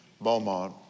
Beaumont